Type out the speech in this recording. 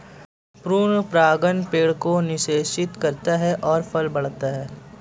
पूर्ण परागण पेड़ को निषेचित करता है और फल बढ़ता है